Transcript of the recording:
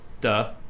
Duh